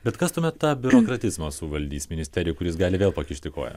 bet kas tuomet tą biurokratizmą suvaldys ministerijoj kuris gali vėl pakišti koją